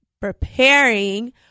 preparing